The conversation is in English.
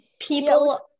people